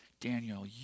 Daniel